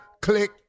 Click